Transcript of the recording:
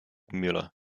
muller